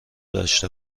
داشته